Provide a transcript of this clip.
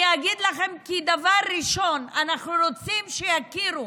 אני אגיד לכם: כי דבר ראשון אנחנו רוצים שיכירו